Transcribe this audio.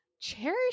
cherish